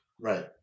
Right